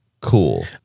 cool